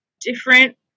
different